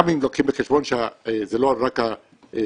גם אם לוקחים בחשבון שזה לא רק האורך,